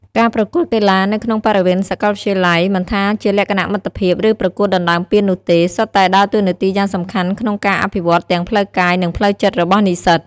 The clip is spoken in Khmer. ការប្រកួតកីឡានៅក្នុងបរិវេណសាកលវិទ្យាល័យ មិនថាជាលក្ខណៈមិត្តភាព ឬប្រកួតដណ្ដើមពាននោះទេ សុទ្ធតែដើរតួនាទីយ៉ាងសំខាន់ក្នុងការអភិវឌ្ឍទាំងផ្លូវកាយ និងផ្លូវចិត្តរបស់និស្សិត។